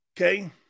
Okay